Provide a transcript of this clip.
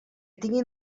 tinguin